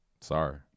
sorry